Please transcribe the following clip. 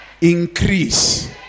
Increase